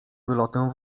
wylotem